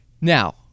Now